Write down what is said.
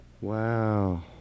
Wow